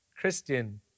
Christian